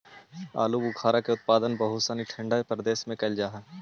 आलूबुखारा के उत्पादन बहुत सनी ठंडा प्रदेश में कैल जा हइ